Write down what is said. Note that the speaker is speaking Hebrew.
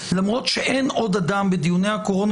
למרות שאין עוד אדם בדיוני הקורונה